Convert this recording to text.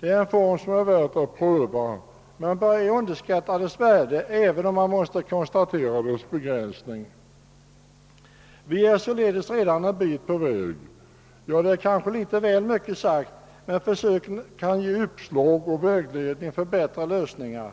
Det är en form som det är värt att pröva. Man bör ej underskatta dess värde, även om man måste konstatera dess begränsning. Vi är således redan en bit på väg. Ja, det är kanske litet väl mycket sagt, men försöken kan ge uppslag till och vägledning för bättre lösningar.